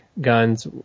guns